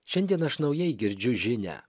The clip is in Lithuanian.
šiandien aš naujai girdžiu žinią